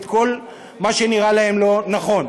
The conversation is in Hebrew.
את כל מה שנראה להם לא נכון,